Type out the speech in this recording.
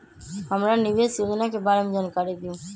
हमरा निवेस योजना के बारे में जानकारी दीउ?